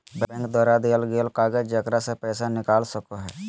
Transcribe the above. bank द्वारा देल गेल कागज जेकरा से पैसा निकाल सको हइ